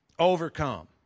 overcome